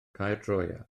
caerdroea